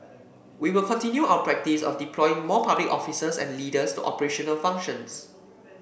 we will continue our practice of deploying more public officers and leaders to operational functions